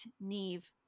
Neve